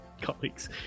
colleagues